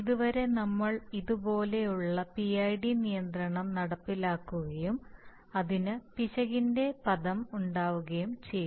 ഇതുവരെ നമ്മൾ ഇതുപോലുള്ള PID നിയന്ത്രണം നടപ്പിലാക്കുകയും അതിന് പിശക് ഇൻറെ പദം ഉണ്ടാവുകയും ചെയ്തു